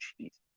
jesus